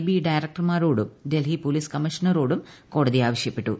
B ഡയറക്ടർമാരോടും Delhi police കമ്മീഷണറോടും കോടതി ആവശ്യപ്പെട്ടു